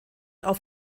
auf